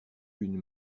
une